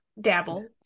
dabble